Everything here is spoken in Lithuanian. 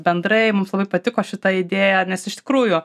bendrai mums labai patiko šita idėja nes iš tikrųjų